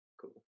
Cool